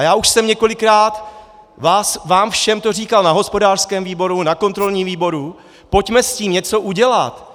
Já už jsem několikrát vám všem to říkal na hospodářském výboru, na kontrolním výboru, pojďme s tím něco udělat.